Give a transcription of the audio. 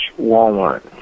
Walmart